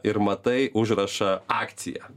ir matai užrašą akcija